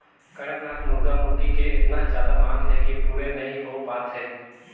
कड़कनाथ मुरगा मुरगी के एतना जादा मांग हे कि पूरे नइ हो पात हे